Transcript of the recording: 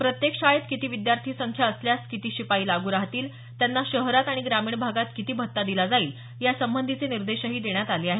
प्रत्येक शाळेत किती विद्यार्थी संख्या असल्यास किती शिपाई लागू राहतील त्यांना शहरात आणि ग्रामीण भागात किती भत्ता दिला जाईल यासंबंधीचे निर्देशही देण्यात आले आहेत